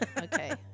okay